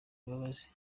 imbabazi